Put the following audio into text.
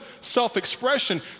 self-expression